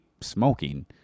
smoking